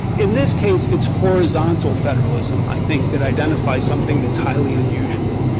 in this case, it's horizontal federalism, i think, that identifies something that's highly unusual.